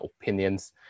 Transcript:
opinions